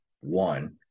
one